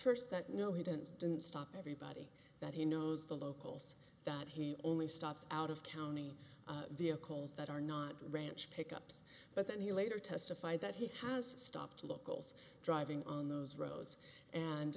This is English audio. first that no he didn't didn't stop everybody that he knows the locals that he only stops out of county vehicles that are not ranch pickups but then he later testify that he has stopped to look goals driving on those roads and